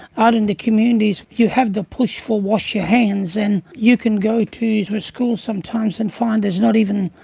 out in the communities, you have to push for wash your hands and you can go to to the schools sometimes and find there's not even,